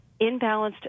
imbalanced